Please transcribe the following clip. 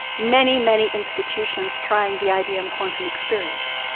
many, many institutions trying the ibm quantum experience.